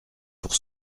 pour